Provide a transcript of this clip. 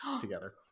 together